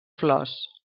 flors